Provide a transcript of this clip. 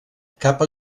cap